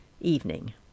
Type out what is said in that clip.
Evening